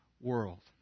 world